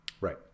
Right